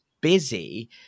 busy